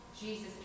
Jesus